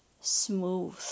smooth